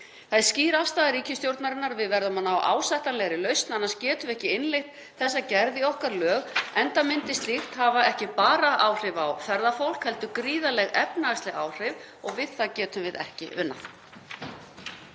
Það er skýr afstaða ríkisstjórnarinnar að við verðum að ná ásættanlegri lausn, annars getum við ekki innleitt þessa gerð í okkar lög enda myndi slíkt hafa ekki bara áhrif á ferðafólk heldur gríðarleg efnahagsleg áhrif og við það getum við ekki unað.